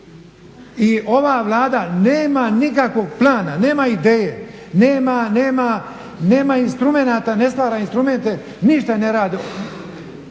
I ova Vlada nema nikakvog plana, nema ideje, nema instrumenata, ne stvara instrumente, ništa ne radi,